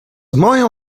moją